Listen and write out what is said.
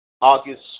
August